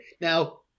Now